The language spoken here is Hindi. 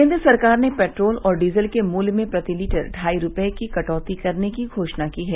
केन्द्र सरकार ने पेट्रोल और डीजल के मूल्य में प्रति लीटर ढाई रुपये की कटौती करने की घोषणा की है